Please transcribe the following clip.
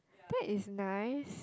that is nice